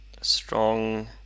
strong